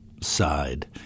side